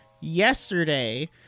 yesterday